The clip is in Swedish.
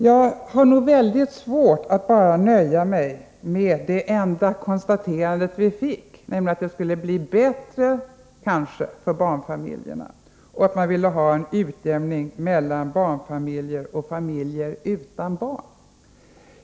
Jag har väldigt svårt att nöja mig med det enda konstaterande som Evert Svensson gjorde, nämligen att det kanske skulle bli bättre för barnfamiljerna och att socialdemokraterna vill ha till stånd en utjämning mellan barnfamiljer och familjer utan barn.